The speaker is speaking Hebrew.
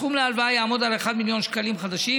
הסכום להלוואה יעמוד על 1 מיליון שקלים חדשים,